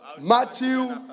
Matthew